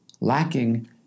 lacking